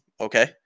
okay